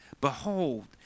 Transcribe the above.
Behold